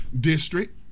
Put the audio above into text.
district